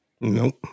Nope